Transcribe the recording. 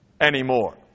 anymore